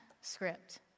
script